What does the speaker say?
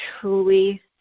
truly